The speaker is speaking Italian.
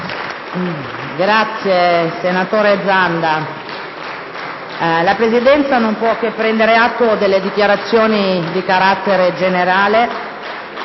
Senatore Zanda, la Presidenza non può che prendere atto delle dichiarazioni di carattere generale